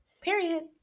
Period